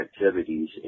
activities